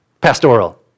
pastoral